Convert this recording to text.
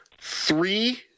three